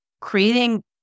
creating